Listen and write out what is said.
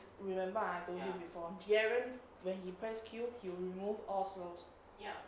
remember I told you before garen when he pressed kill he will remove all stones